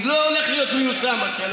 כי זה לא הולך להיות מיושם השנה.